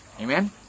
Amen